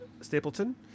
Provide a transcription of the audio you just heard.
Stapleton